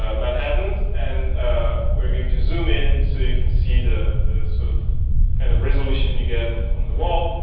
ah manhattan and we're going to zoom in so you can see the the sort of the kind of resolution you get and on the wall.